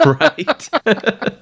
Right